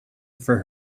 for